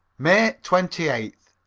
may twenty eighth.